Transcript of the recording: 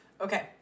Okay